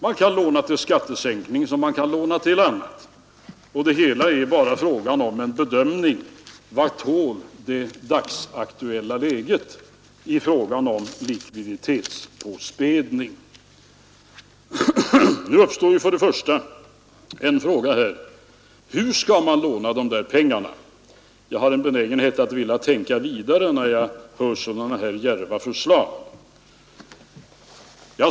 Man kan låna till skattesänkning som man kan låna till annat, och det hela gäller bara en bedömning: Vad tål det dagsaktuella läget i fråga om likviditetspåspädning? Nu uppstår först en fråga: Hur skall man låna de där pengarna? Jag har en benägenhet att vilja tänka vidare när jag hör sådana här djärva förslag.